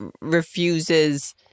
refuses